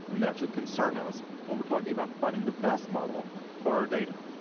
and that should concern us when we're talking about finding the best model for our data.